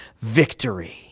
victory